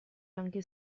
anche